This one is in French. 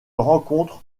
rencontre